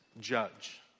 judge